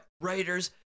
writer's